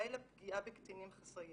די לפגיעה בקטינים חסרי ישע.